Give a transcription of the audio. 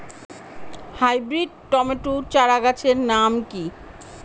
Hybrid tomato চারাগাছের নাম কি?